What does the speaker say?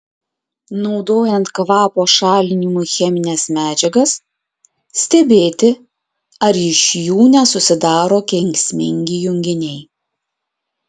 naudojant kvapo šalinimui chemines medžiagas stebėti ar iš jų nesusidaro kenksmingi junginiai